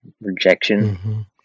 rejection